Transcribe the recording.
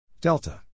delta